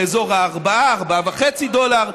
באזור ה-4 או 4.5 דולר,